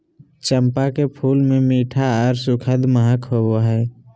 चंपा के फूल मे मीठा आर सुखद महक होवो हय